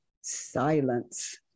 silence